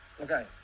okay